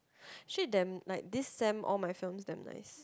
actually damn like this sem all my films damn nice